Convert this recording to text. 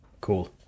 Cool